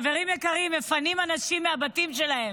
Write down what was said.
חברים יקרים, מפנים אנשים מהבתים שלהם.